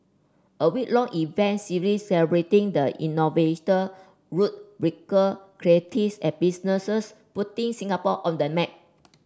a week long event series celebrating the innovator rule breaker creatives and businesses putting Singapore on the map